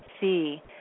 see